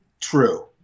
True